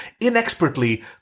inexpertly